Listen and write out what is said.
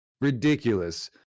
Ridiculous